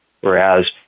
Whereas